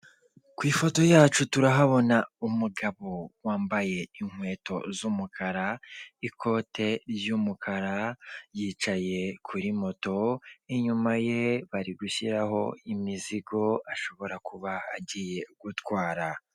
Ku ifoto yacu turahabona umugabo wambaye inkweto z'umukara n'ikote ry'umukara yicaye kuri moto inyuma ye bari gushyiraho imizigo ashobora kuba agiye gutwara.